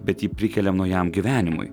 bet jį prikeliam naujam gyvenimui